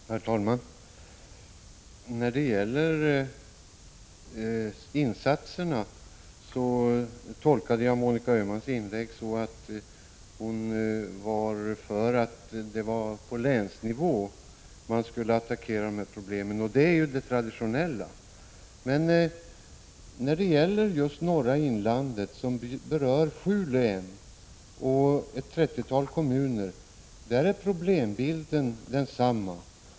Herr talman! När det gäller de insatser som krävs tolkade jag Monica Öhmans inlägg så att hon var för att man på länsnivå skulle attackera problemen. Det är ju det traditionella. Men för de sju län och det trettiotal kommuner som finns i norra inlandet är ju problembilden likartad.